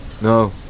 No